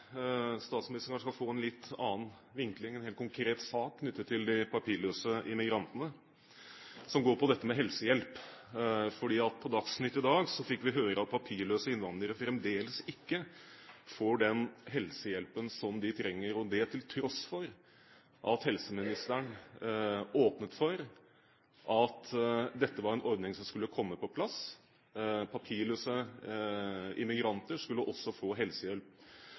skal kanskje få en litt annen vinkling, en helt konkret sak knyttet til de papirløse immigrantene, som går på dette med helsehjelp. På Dagsnytt i dag fikk vi høre at papirløse innvandrere fremdeles ikke får den helsehjelpen som de trenger, og det til tross for at helseministeren åpnet for at dette var en ordning som skulle komme på plass. Papirløse immigranter skulle også få helsehjelp.